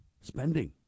spending